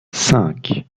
cinq